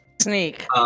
Sneak